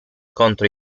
contro